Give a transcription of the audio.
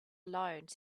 alone